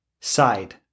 side